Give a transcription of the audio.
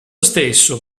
stesso